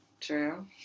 true